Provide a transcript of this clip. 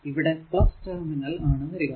ഇവിടെ ടെർമിനൽ ആണ് വരിക